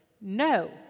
No